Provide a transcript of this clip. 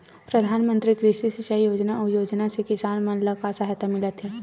प्रधान मंतरी कृषि सिंचाई योजना अउ योजना से किसान मन ला का सहायता मिलत हे?